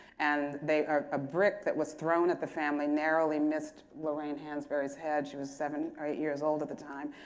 and they a ah brick that was thrown at the family narrowly missed lorraine hansberry's head. she was seven or eight years old at the time.